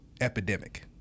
epidemic